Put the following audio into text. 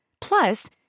Plus